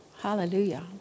Hallelujah